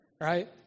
right